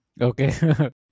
Okay